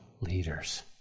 leaders